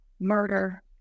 murder